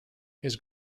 his